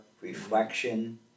reflection